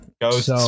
Ghosts